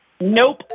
Nope